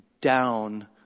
down